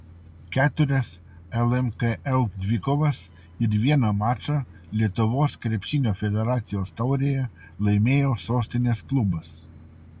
keturias lmkl dvikovas ir vieną mačą lietuvos krepšinio federacijos taurėje laimėjo sostinės klubas